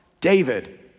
David